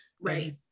Right